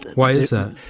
why is that?